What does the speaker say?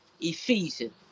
Ephesians